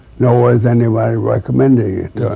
nor was anybody recommending